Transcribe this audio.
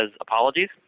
apologies